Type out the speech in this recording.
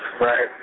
Right